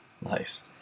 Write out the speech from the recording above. Nice